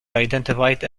identified